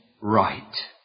right